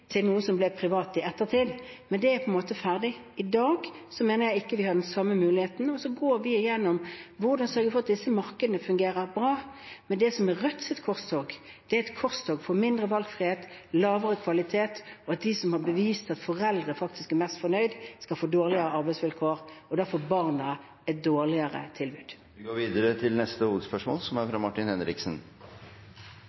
til å dele ut gratis ting til noe som ble privat i etterkant, men det er vi på en måte ferdig med. I dag mener jeg at vi ikke har den samme muligheten. Så går vi gjennom hvordan man kan sørge for at disse markedene fungerer bra. Men det som er Rødts korstog, er et korstog for mindre valgfrihet, lavere kvalitet, og at de som faktisk har bevist at det er dem foreldre er mest fornøyd med, skal få dårligere arbeidsvilkår. Og da får barna et dårligere tilbud. Vi går videre til neste hovedspørsmål.